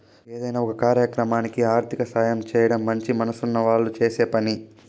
ఏదైనా ఒక కార్యక్రమానికి ఆర్థిక సాయం చేయడం మంచి మనసున్న వాళ్ళు చేసే పని